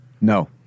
No